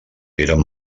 eren